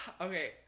okay